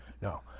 No